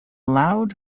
loud